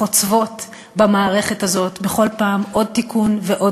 חוצבות במערכת הזאת בכל פעם עוד תיקון ועוד